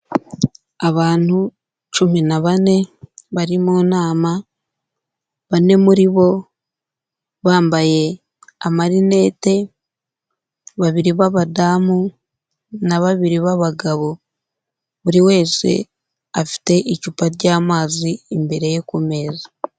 Abantu cumi na bane bari mu nama, bane muri bo bambaye amarinete, babiri b'abadamu na babiri b'abagabo, buri wese afite icupa ry'amazi imbere ye ku meza.